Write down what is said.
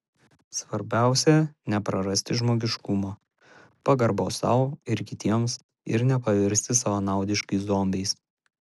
svarbiausia neprarasti žmogiškumo pagarbos sau ir kitiems ir nepavirsti savanaudiškais zombiais